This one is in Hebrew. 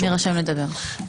אני אירשם לדבר.